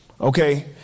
okay